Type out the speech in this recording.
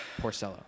Porcello